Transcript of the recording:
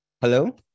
Hello